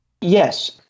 Yes